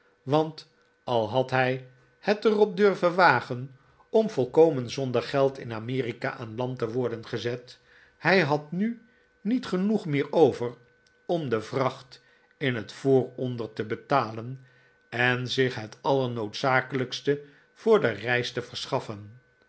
want al had hij het er op durven wagen om volkomen zonder geld in amerika aan land te worden gezet hij had nu niet genoeg meer over om de vracht in het vooronder te betalen en zich het allernoodzakelijkste voor de reis te verschaffen